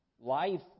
Life